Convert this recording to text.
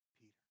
Peter